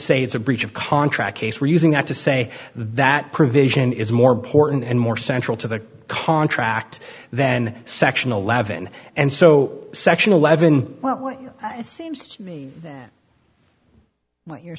say it's a breach of contract case we're using that to say that provision is more important and more central to the contract then section eleven and so section eleven well i think that what you're